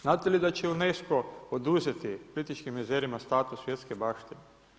Znate li da će UNESCO oduzeti Plitvičkim jezerima status svjetske baštine?